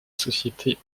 société